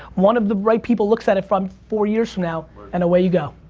one of the right people looks at it from four years from now and away you go.